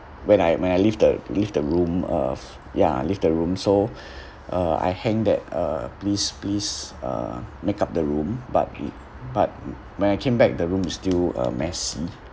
when I when I leave the leave the room uh f~ ya leave the room so uh I hang that uh please please uh make up the room but but when I came back the rooms is still uh messy